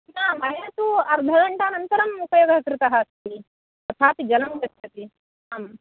न मया तु अर्धघण्टा अनन्तरं उपयोगः कृतः अस्ति तथापि जलं गच्छति आम्